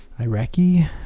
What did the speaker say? Iraqi